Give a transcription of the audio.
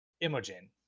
Imogen